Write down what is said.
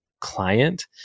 client